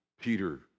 Peter